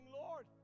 lord